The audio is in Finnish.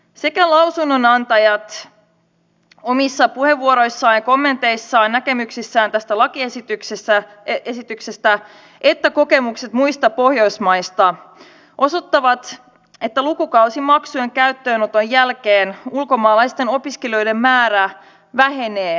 sekä lausunnonantajat omissa puheenvuoroissaan ja kommenteissaan näkemyksissään tästä lakiesityksestä että kokemukset muista pohjoismaista osoittavat että lukukausimaksujen käyttöönoton jälkeen ulkomaalaisten opiskelijoiden määrä vähenee merkittävästi